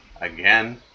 again